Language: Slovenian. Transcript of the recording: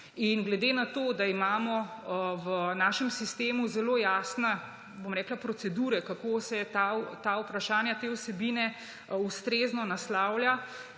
Glede na to da imamo v našem sistemu zelo jasne procedure, kako se ta vprašanja, te vsebine ustrezno naslavljajo,